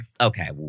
Okay